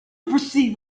proceed